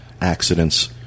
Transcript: accidents